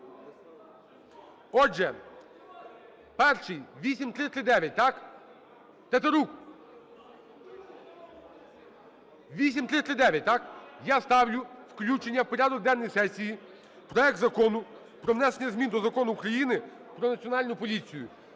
Отже, перший – 8339, так? Тетерук! 8339, так? Я ставлю включення в порядок денний сесії проект Закону про внесення змін до Закону України "Про Національну поліцію".